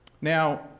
Now